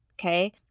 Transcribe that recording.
okay